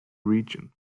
region